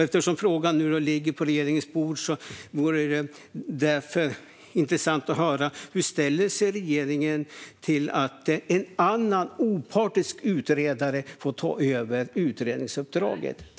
Eftersom frågan nu ligger på regeringens bord vore det intressant att höra: Hur ställer sig regeringen till att en annan opartisk utredare får ta över utredningsuppdraget?